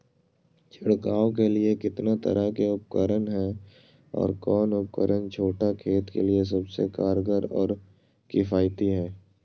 छिड़काव के लिए कितना तरह के उपकरण है और कौन उपकरण छोटा खेत के लिए सबसे कारगर और किफायती है?